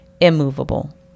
immovable